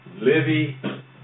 Livy